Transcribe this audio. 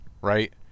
right